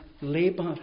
labor